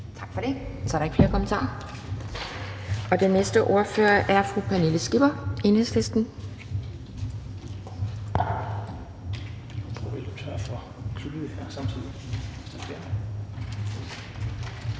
Tak for det. Så er der ikke flere kommentarer. Og den næste ordfører er fru Pernille Skipper, Enhedslisten.